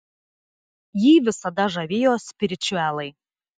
jį visada žavėjo spiričiuelai